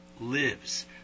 lives